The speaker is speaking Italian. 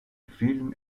film